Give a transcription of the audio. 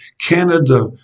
Canada